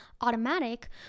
automatic